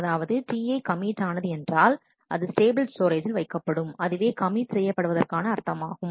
அதாவதுTi commit ஆனது என்றால் அது ஸ்டேபிள் ஸ்டோரேஜ்ஜில் வைக்கப்படும் அதுவே கமிட் செய்யப்படுவதற்கான அர்த்தமாகும்